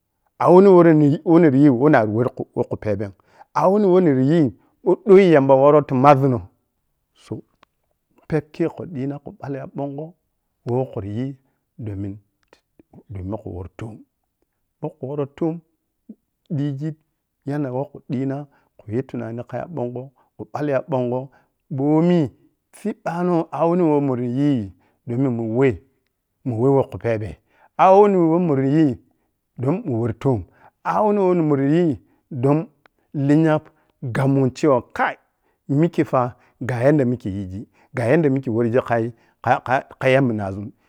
A’wuni wori niyi, woh niryii woh narri woh rii woh ti khu phebem, a’wuni woh niryi woh doi yamba worrou ta maznoh sa, pep kei khu dii na khu ɓalli ya ɓongho ɓou-woh khiryii domin domin wori toom ɓou khu worou toom digi yanda woh khu dii-na khu ye tunani kha ya ɓongho, khu ɓalli ya ɓongho, ɓoomi sibɓanoh a wuni woh murri yii domin ma mun weh mun weh woh khu phebe a’wuni woh murri yii don lenya gab mun cewa kaii mikkei pa ga yanda mikke digin, ga yanda weh mikke wurgi khai kha-kha-khaya minazun